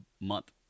month